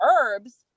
herbs